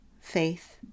faith